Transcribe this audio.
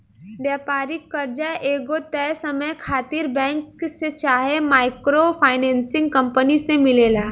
व्यापारिक कर्जा एगो तय समय खातिर बैंक से चाहे माइक्रो फाइनेंसिंग कंपनी से मिलेला